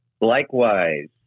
Likewise